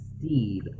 seed